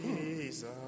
Jesus